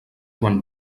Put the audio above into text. quan